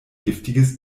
giftiges